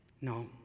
No